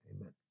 amen